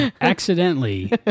Accidentally